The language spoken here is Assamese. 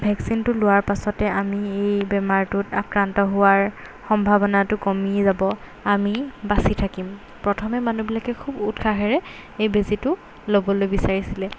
ভেকচিনটো লোৱাৰ পাছতে আমি এই বেমাৰটোত আক্ৰান্ত হোৱাৰ সম্ভাৱনাটো কমি যাব আমি বাচি থাকিম প্ৰথমে মানুহবিলাকে খুব উৎসাহেৰে এই বেজিটো ল'বলৈ বিচাৰিছিলে